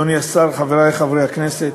אדוני השר, חברי חברי הכנסת,